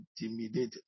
intimidated